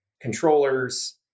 controllers